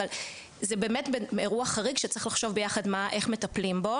אבל זה באמת אירוע חריג שצריך לחושב ביחד איך מטפלים בו.